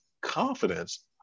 confidence